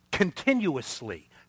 Continuously